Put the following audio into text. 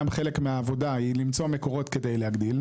גם חלק מהעבודה היא למצוא מקורות כדי להגדיל.